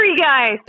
guys